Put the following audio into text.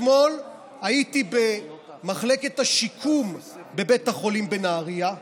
אתמול הייתי במחלקת השיקום בבית החולים בנהריה,